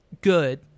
good